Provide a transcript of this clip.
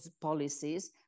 policies